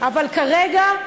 אבל כרגע,